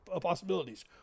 possibilities